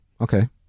Okay